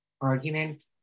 argument